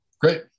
Great